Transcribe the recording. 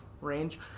range